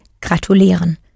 gratulieren